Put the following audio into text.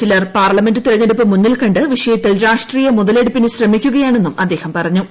ചിലർ പാർലമെന്റ് തെരഞ്ഞെടുപ്പ് മുന്നിൽ കണ്ട് വിഷയത്തിൽ രാഷ്ട്രീയ മുതലെടുപ്പിന് ശ്രമിക്കുകയാണെന്നും അദ്ദേഹം പറഞ്ഞു